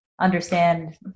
understand